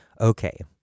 Okay